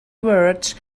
words